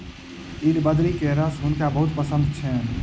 नीलबदरी के रस हुनका बहुत पसंद छैन